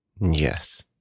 Yes